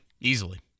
Easily